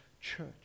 church